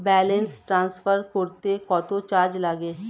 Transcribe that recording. Balance transfer করতে কত charge লাগে?